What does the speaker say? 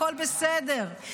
הכול בסדר.